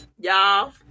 Y'all